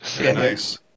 Nice